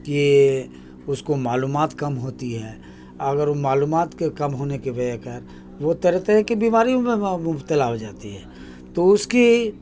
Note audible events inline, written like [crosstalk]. کہ اس کو معلومات کم ہوتی ہے اگر وہ معلومات کے کم ہونے کی [unintelligible] وہ طرح طرح کی بیماریوں میں مبتلا ہو جاتی ہے تو اس کی